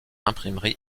imprimerie